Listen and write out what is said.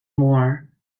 more